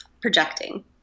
projecting